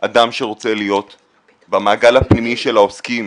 אדם שרוצה להיות במעגל הפנימי של העוסקים